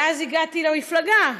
ואז הגעתי למפלגה,